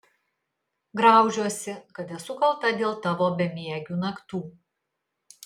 graužiuosi kad esu kalta dėl tavo bemiegių naktų